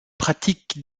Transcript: pratiques